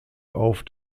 auf